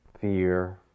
fear